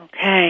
Okay